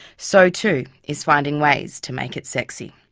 so too, is finding ways to make it sexy.